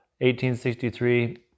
1863